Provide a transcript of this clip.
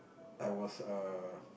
I was err